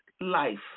life